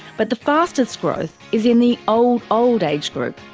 but the fastest growth is in the old, old' age group,